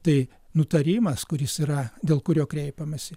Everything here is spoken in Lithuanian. tai nutarimas kuris yra dėl kurio kreipiamasi